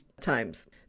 times